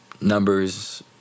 numbers